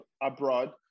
abroad